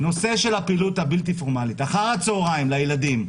הנושא של הפעילות הבלתי-פורמלית אחר הצהריים לילדים,